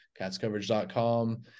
CatsCoverage.com